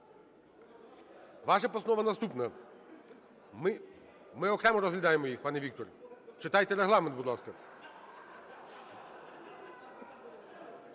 Ваша постанова наступна. Ми окремо розглядаємо їх, пане Вікторе. Читайте Регламент, будь ласка.